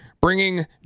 bringing